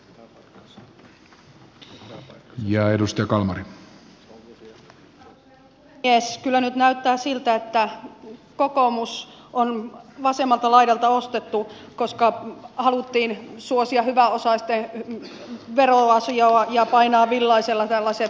kyllä nyt näyttää siltä että kokoomus on vasemmalta laidalta ostettu koska haluttiin suosia hyväosaisten veroasiaa ja painaa villaisella tällaiset konsulttihankinnat